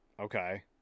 okay